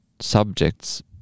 subjects